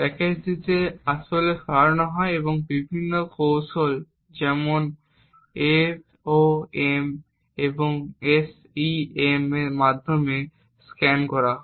প্যাকেজিংটি আসলে সরানো হয় এবং এটি বিভিন্ন কৌশল যেমন এসওএম এবং এসইএম এর মাধ্যমে স্ক্যান করা হয়